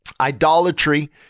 Idolatry